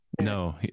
no